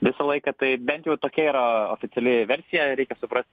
visą laiką tai bent jau tokia yra oficiali versija reikia suprasti